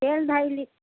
तेल धैली